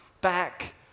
back